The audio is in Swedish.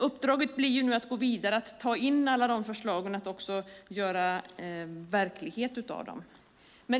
Uppdraget blir nu att gå vidare och ta in alla de förslagen och göra verklighet av dem.